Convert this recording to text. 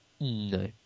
No